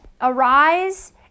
Arise